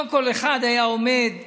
לא כל אחד היה עומד בניסיונות.